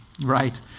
right